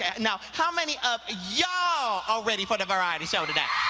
and um how many of yall are ready for the variety show today?